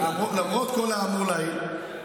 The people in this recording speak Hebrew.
למרות כל האמור לעיל,